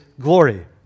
glory